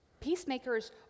Peacemakers